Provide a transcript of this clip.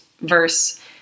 verse